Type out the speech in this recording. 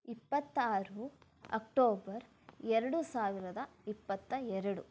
ಇಪ್ಪತ್ತಾರು ಅಕ್ಟೋಬರ್ ಎರಡು ಸಾವಿರದ ಇಪ್ಪತ್ತ ಎರಡು